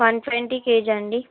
one twenty kg అండి